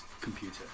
computer